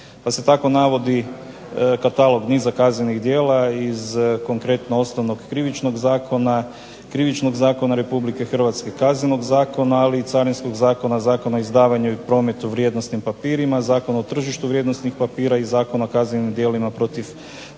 Pa se tako navodi katalog niza kaznenih djela iz konkretno Osnovnog krivičnog zakona, Krivičnog zakona Republike Hrvatske, Kaznenog zakona, ali i Carinskog zakona, Zakona o izdavanju i prometu vrijednosnim papirima, Zakona o tržištu vrijednosnih papira i Zakona o kaznenim djelima protiv tržišta